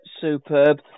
superb